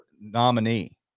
nominee